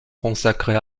consacrée